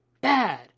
bad